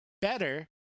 better